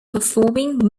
performing